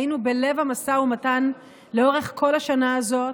היינו בלב המשא ומתן לאורך כל השנה הזאת,